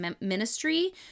ministry